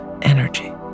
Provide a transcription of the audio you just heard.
energy